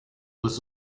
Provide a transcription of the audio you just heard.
was